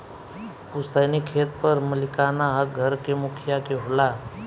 पुस्तैनी खेत पर मालिकाना हक घर के मुखिया के होला